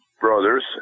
brothers